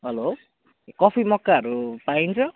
hello coffee मक्काहरू पाइन्छ